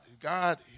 God